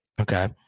Okay